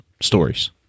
stories